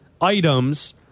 items